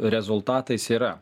rezultatais yra